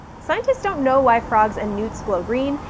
scientists don't know why frogs and newts glow green,